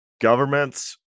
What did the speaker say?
governments